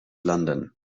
london